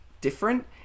different